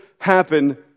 happen